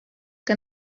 que